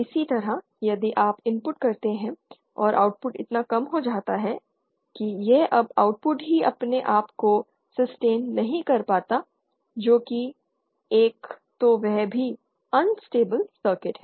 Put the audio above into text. इसी तरह यदि आप इनपुट करते हैं और आउटपुट इतना कम हो जाता है कि यह अब आउटपुट ही अपने आप को सस्टेन नहीं कर पाता जो कि एक तो वह भी ऑनस्टेबल सर्किट है